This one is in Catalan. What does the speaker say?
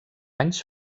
anys